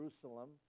Jerusalem